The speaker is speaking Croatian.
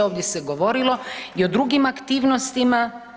Ovdje se govorilo i o drugim aktivnostima.